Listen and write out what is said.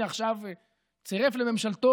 הינה עכשיו הוא צירף לממשלתו,